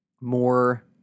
more